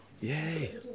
yay